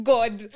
God